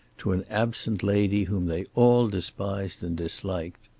to an absent lady whom they all despised and disliked.